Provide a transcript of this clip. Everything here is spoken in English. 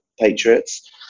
patriots